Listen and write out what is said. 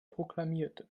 proklamierte